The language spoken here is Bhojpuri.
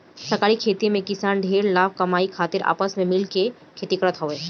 सहकारी खेती में किसान ढेर लाभ कमाए खातिर आपस में मिल के खेती करत हवे